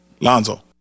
Lonzo